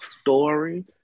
story